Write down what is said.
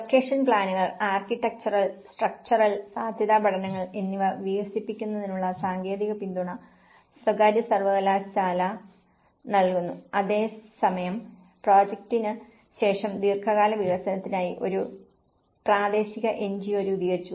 location പ്ലാനുകൾ architectural structural സാധ്യതാ പഠനങ്ങൾ എന്നിവ വികസിപ്പിക്കുന്നതിനുള്ള സാങ്കേതിക പിന്തുണ സകാര്യ സർവ്വകലാശാല നൽകുന്നു അതേസമയം പ്രോജക്റ്റിന് ശേഷം ദീർഘകാല വികസനത്തിനായി ഒരു പ്രാദേശിക എൻജിഒ രൂപീകരിച്ചു